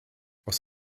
aus